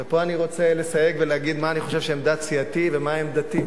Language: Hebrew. ופה אני רוצה לסייג ולהגיד מה אני חושב עמדת סיעתי ומה עמדתי.